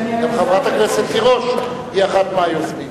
גם חברת הכנסת תירוש היא אחת מהיוזמים.